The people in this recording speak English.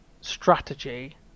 strategy